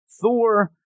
Thor